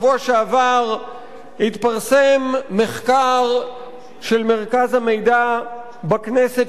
בשבוע שעבר התפרסם מחקר של מרכז המידע בכנסת,